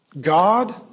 God